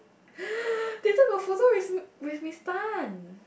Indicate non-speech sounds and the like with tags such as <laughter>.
<laughs> they took a photo with with Miss Tan